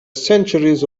centuries